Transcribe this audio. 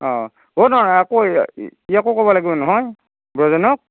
অঁ অ' নহয় আকৌ ইয়াকো ক'ব লাগিব নহয় বজেনক